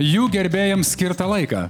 jų gerbėjams skirtą laiką